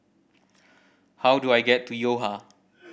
how do I get to Yo Ha